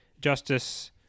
justice